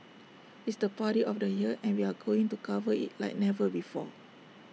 it's the party of the year and we are going to cover IT like never before